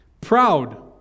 proud